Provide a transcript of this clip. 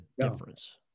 difference